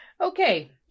okay